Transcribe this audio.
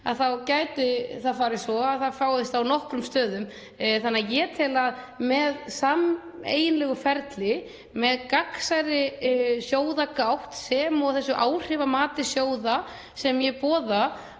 þá gæti það farið svo að það fáist á nokkrum stöðum. Ég tel að með sameiginlegu ferli, með gagnsærri sjóðagátt sem og þessu áhrifamati sjóða sem ég boða,